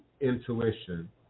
intuition